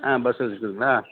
ஆ bus வசதி